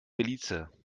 belize